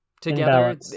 together